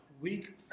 week